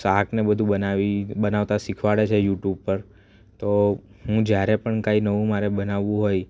શાક ને બધુ બનાવી બનાવતા શિખવાડે છે યુટ્યુબ પર તો હું જ્યારે પણ કાંઇ નવું મારે બનાવવું હોય